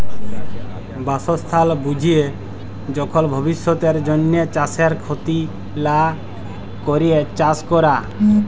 বাসস্থাল বুইঝে যখল ভবিষ্যতের জ্যনহে চাষের খ্যতি লা ক্যরে চাষ ক্যরা